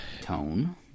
Tone